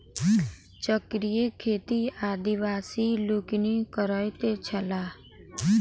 चक्रीय खेती आदिवासी लोकनि करैत छलाह